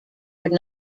would